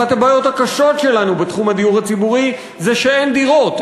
אחת הבעיות הקשות שלנו בתחום הדיור הציבורי היא שאין דירות.